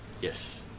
Yes